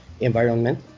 environment